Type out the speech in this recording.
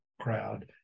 crowd